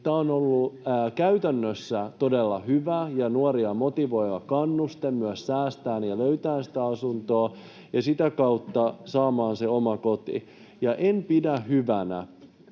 on ollut käytännössä todella hyvä ja motivoiva kannuste nuorille myös säästää ja löytää sitä asuntoa ja sitä kautta saada se oma koti. En pidä hyvänä,